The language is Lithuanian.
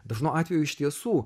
dažnu atveju iš tiesų